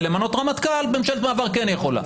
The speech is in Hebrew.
ולמנות רמטכ"ל ממשלת מעבר כן יכולה.